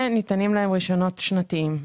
וניתנים להם רישיונות שנתיים.